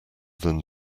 than